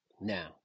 Now